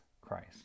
Christ